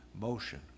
motion